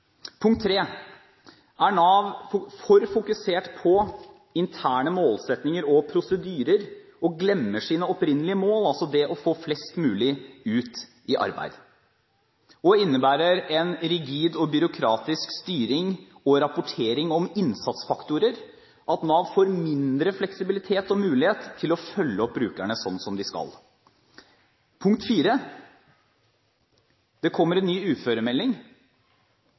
Punkt 3: Er Nav for fokusert på interne målsettinger og prosedyrer og glemmer sine opprinnelige mål, altså det å få flest mulig ut i arbeid? Og innebærer en rigid og byråkratisk styring og rapportering om innsatsfaktorer at Nav får mindre fleksibilitet og mulighet til å følge opp brukerne slik som de skal? Punkt 4: Det kommer en ny uføremelding,